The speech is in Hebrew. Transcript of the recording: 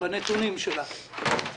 בנתונים שלה.